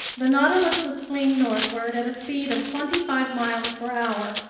the nautilus was fleeing northward at a speed of twenty-five miles per hour,